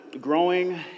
growing